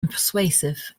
persuasive